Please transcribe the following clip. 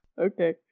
Okay